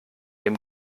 dem